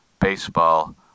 baseball